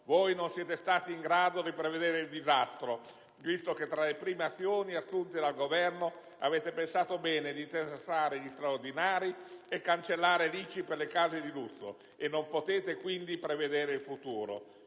Voi non siete stati in grado di prevedere il disastro, visto che tra le prime azioni assunte dal Governo avete pensato bene di detassare gli straordinari e cancellare l'ICI per le case di lusso, e non potete quindi prevedere il futuro,